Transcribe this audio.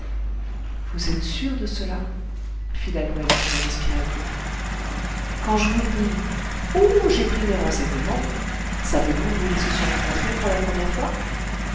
vous êtes sûr de cela fit lalouette qui ne respirait plus quand je vous le dis oh j'ai pris mes renseignements savez-vous où ils se sont rencontrés pour la première fois